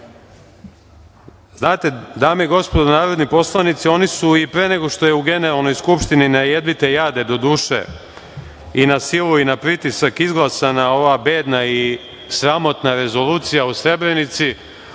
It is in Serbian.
Znate, dame i gospodo narodni poslanici, oni su i pre nego što je u Generalnoj skupštini na jedvite jade, doduše, i na silu i na pritisak izglasana ova bedna i sramotna Rezolucija o Srebrenici,